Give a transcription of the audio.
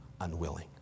unwilling